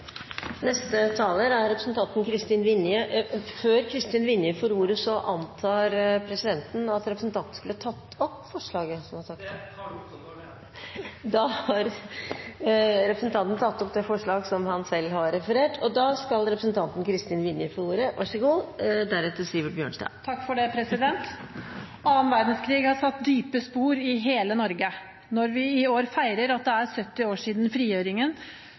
antar at representanten vil ta opp forslag. Jeg tar opp forslaget fra Arbeiderpartiet, Senterpartiet og Sosialistisk Venstreparti. Representanten Martin Henriksen har tatt opp det forslaget han refererte til. Annen verdenskrig har satt dype spor i hele Norge. Når vi i år feirer at det er 70 år siden frigjøringen,